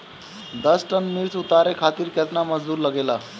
दस टन मिर्च उतारे खातीर केतना मजदुर लागेला?